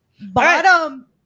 bottom